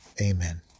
Amen